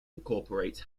incorporates